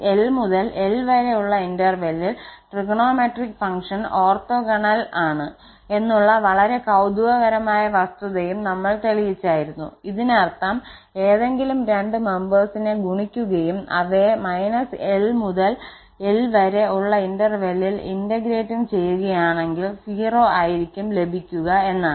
−𝑙 മുതൽ 𝑙 വരെ ഉള്ള ഇന്റെർവലിൽ ട്രിഗണോമെട്രിക് ഫങ്ക്ഷന് ഓർത്തോഗോണൽ ആണ് എന്നുള്ള വളരെ കൌതുകകരമായ വസ്തുതയും നമ്മൾ തെളിയിച്ചായിരുന്നു ഇതിനർത്ഥം ഏതെങ്കിലും രണ്ടു മെംബേർസിനെ ഗുണിക്കുകയും അവയെ −𝑙 മുതൽ 𝑙 വരെ ഉള്ള ഇന്റെർവെല്ലിൽ ഇന്റെഗ്രേറ്റും ചെയ്യുകയാണെങ്കിൽ 0 ആയിരിക്കും ലഭിക്കുക എന്നാണ്